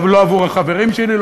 לא עבור החברים שלי,